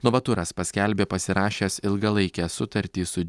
novaturas paskelbė pasirašęs ilgalaikę sutartį su